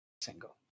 Single